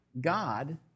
God